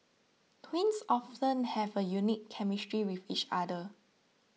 twins often have a unique chemistry with each other